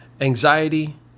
anxiety